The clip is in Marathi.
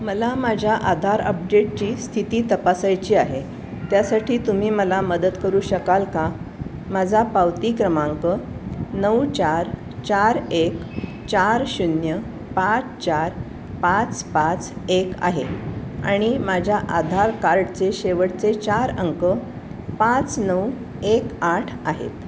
मला माझ्या आधार अपडेटची स्थिती तपासायची आहे त्यासाठी तुम्ही मला मदत करू शकाल का माझा पावती क्रमांक नऊ चार चार एक चार शून्य पाच चार पाच पाच एक आहे आणि माझ्या आधार कार्डचे शेवटचे चार अंक पाच नऊ एक आठ आहे